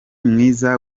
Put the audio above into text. mwiza